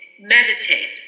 Meditate